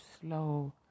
slow